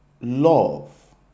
love